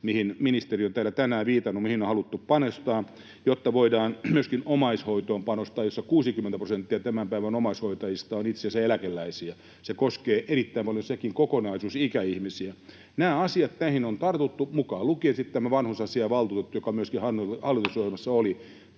mihin ministeri on täällä tänään viitannut ja mihin on haluttu panostaa, ja jotta voidaan panostaa myöskin omaishoitoon, jossa 60 prosenttia tämän päivän omaishoitajista on itse asiassa eläkeläisiä. Sekin kokonaisuus koskee erittäin paljon ikäihmisiä. Näihin asioihin on tartuttu, mukaan lukien sitten tämä vanhusasiavaltuutettu, joka myöskin hallitusohjelmassa